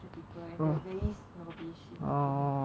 people and they're very snobbish in my opinion